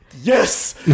Yes